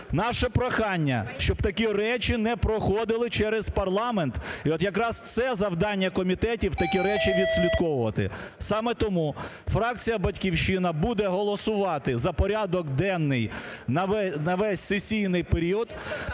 Наше прохання, щоб такі речі не проходили через парламент. І от якраз це завдання комітетів такі речі відслідковувати. Саме тому фракція "Батьківщина" буде голосувати за порядок денний на весь сесійний період